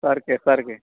सारकें सारकें